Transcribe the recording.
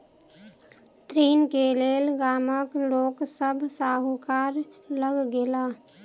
ऋण के लेल गामक लोक सभ साहूकार लग गेल